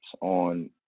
on